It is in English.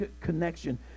connection